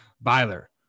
byler